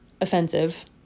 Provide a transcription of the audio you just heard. offensive